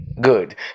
good